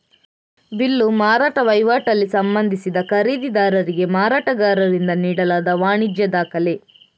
bill ಮಾರಾಟ ವೈವಾಟಲ್ಲಿ ಸಂಬಂಧಿಸಿದ ಖರೀದಿದಾರರಿಗೆ ಮಾರಾಟಗಾರರಿಂದ ನೀಡಲಾದ ವಾಣಿಜ್ಯ ದಾಖಲೆ